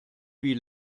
wie